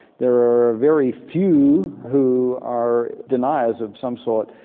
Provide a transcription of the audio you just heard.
there are very few who are deniers of some sort.